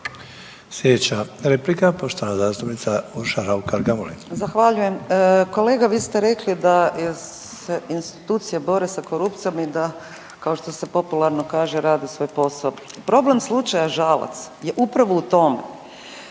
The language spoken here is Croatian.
Sljedeća replika poštovana zastupnica Urša Raukar Gamulin.